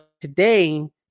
today